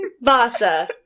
Vasa